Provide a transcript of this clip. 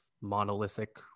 monolithic